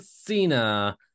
Cena